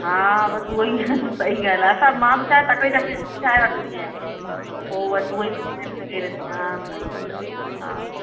हा बसि उहेई सही ॻाल्हि आहे असां मां बि छा आहे ॿ तकिड़ी तकिड़ी रोटी ठाहे रखंदी आहियां पोइ बसि उहेई तेल में वेड़े हा हा